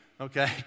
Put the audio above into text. okay